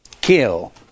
kill